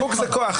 איפוק זה כוח.